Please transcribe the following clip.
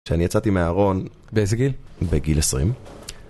כשאני יצאתי מהארון... באיזה גיל? בגיל עשרים.